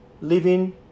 Living